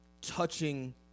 touching